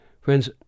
friends